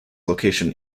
location